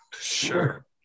Sure